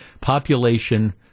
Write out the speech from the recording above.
population